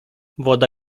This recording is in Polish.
woda